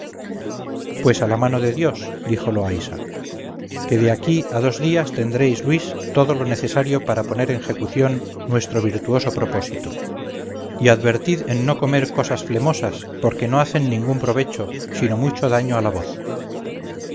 pues a la mano de dios dijo loaysa que de aquí a dos días tendréis luis todo lo necesario para poner en ejecución nuestro virtuoso propósito y advertid en no comer cosas flemosas porque no hacen ningún provecho sino mucho daño a la voz